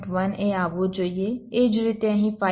એ જ રીતે અહીં 5